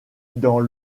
dans